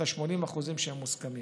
במירכאות את ה-80% שהם מוסכמים.